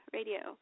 Radio